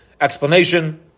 explanation